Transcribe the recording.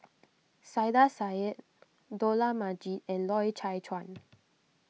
Saiedah Said Dollah Majid and Loy Chye Chuan